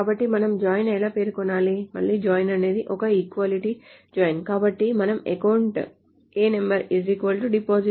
కాబట్టి మనం జాయిన్ను ఎలా పేర్కొనాలి మళ్లీ జాయిన్ అనేది ఒక ఈక్వాలిటీ జాయిన్ కాబట్టి మనం అకౌంట్ ano డిపాజిటర్ ano అని పరిగణించాలి